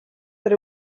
that